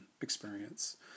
experience